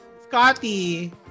Scotty